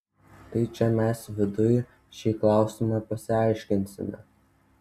tai čia mes viduj šį klausimą pasiaiškinsime